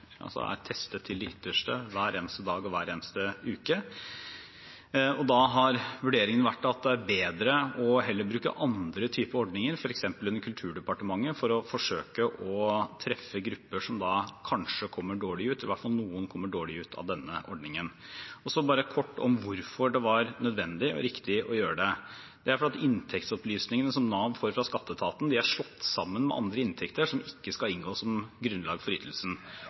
vurderingen vært at det er bedre heller å bruke andre typer ordninger, f.eks. under Kulturdepartementet, for å forsøke å treffe grupper som kanskje kommer dårlig ut. Det er i hvert fall noen som kommer dårlig ut av denne ordningen. Bare kort om hvorfor det var nødvendig og riktig å gjøre det: Det er fordi inntektsopplysningene Nav får fra skatteetaten, er slått sammen med andre inntekter som ikke skal inngå som grunnlag for ytelsen